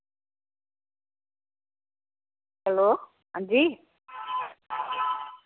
hello हां जी